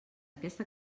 aquesta